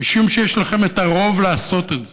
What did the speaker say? משום שיש לכם את הרוב לעשות את זה.